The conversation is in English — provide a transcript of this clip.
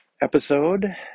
episode